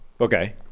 Okay